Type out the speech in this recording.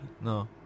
no